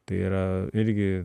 tai yra irgi